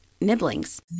nibblings